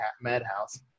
Madhouse